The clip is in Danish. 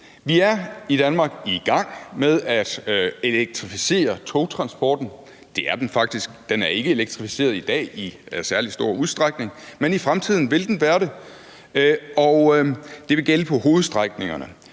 Vi er i Danmark i gang med at elektrificere togtransporten. Det er den faktisk allerede – den er dog ikke i dag elektrificeret i særlig stor udstrækning, men i fremtiden vil den være det, og det vil gælde på hovedstrækningerne.